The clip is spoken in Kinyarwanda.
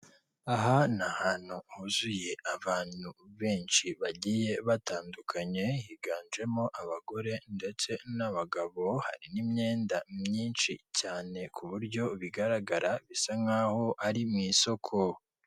Aha ni ahantu huzuye abantu benshi bagiye batandukanye, higanjemo abagore ndetse n'abagabo, ahari n'imyenda myinshi cyane, ku buryo bigaragara, bisa nkaho ari mu isoko.